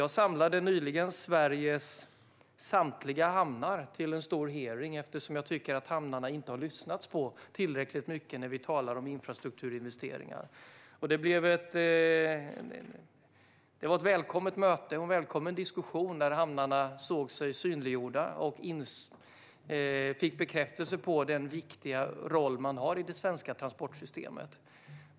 Jag samlade nyligen representanter för Sveriges samtliga hamnar till en stor hearing eftersom jag tycker att vi inte har lyssnat tillräckligt mycket på hamnarna när vi har talat om infrastrukturinvesteringar. Det var ett välkommet möte och en välkommen diskussion när representanterna för dessa hamnar såg sig synliggjorda och fick bekräftelse på den viktiga roll de har i det svenska transportsystemet.